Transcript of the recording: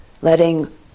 letting